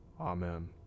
Amen